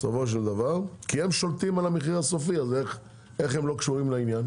כי הם שולטים על המחיר הסופי אז איך הם לא קשורים לעניין?